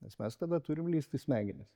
nes mes tada turim lįst į smegenis